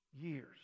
years